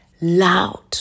loud